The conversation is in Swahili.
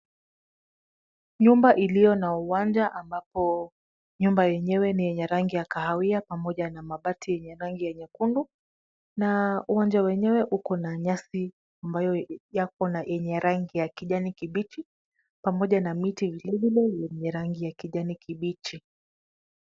Nyumba iliyo na uwanja ambapo nyumba yenyewe ni yenye rangi ya kahawia pamoja na mabati yenye rangi nyekundu na uwanja wenyewe ukona nyasi ambayo ni ya rangi ya kijani kibichi pamoja na miti vilevile yenye rangi ya kijani kibichi.